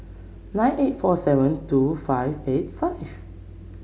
nine eight four seven two five eight five